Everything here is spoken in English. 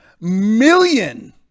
million